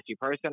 person